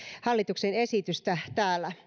hallituksen esitystä täällä